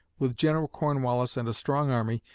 with general cornwallis and a strong army,